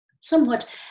Somewhat